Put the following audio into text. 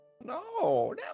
No